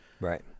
Right